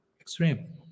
Extreme